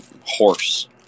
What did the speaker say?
horse